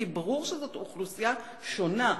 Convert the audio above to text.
כי ברור שזאת אוכלוסייה שונה,